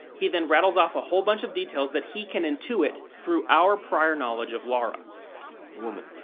he then rattles off a whole bunch of details that he can intuit through our prior knowledge of laura. a woman.